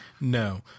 No